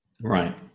Right